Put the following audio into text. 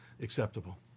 acceptable